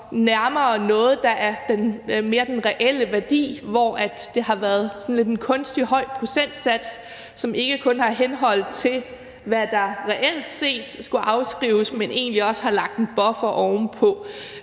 nærmere noget, der er den reelle værdi, hvor det har været sådan lidt en kunstig høj procentsats, som ikke kun har henhørt til, hvad der reelt set skulle afskrives, men egentlig også har lagt en buffer ovenpå.